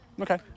Okay